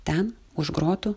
ten už grotų